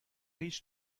هیچ